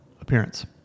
appearance